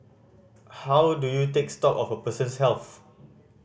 how do you take stock of a person's health